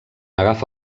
agafa